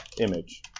image